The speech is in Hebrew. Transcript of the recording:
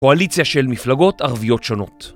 קואליציה של מפלגות ערביות שונות